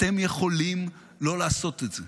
אתם יכולים לא לעשות את זה.